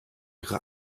ihre